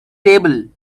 table